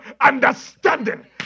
Understanding